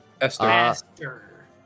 Esther